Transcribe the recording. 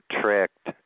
tricked